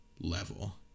level